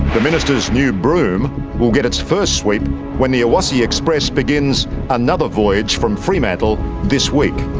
the minister's new broom will get its first sweep when the awassi express begins another voyage from fremantle this week.